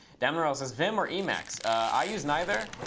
damnerel says vim or emacs? i use neither.